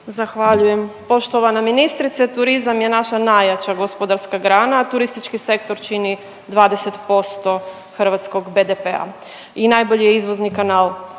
Zahvaljujem. Poštovana ministrice. Turizam je naša najjača gospodarska grana, a turistički sektor čini 20% hrvatskog BDP-a i najbolji je izvoznik